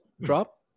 drop